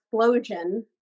explosion